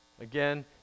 again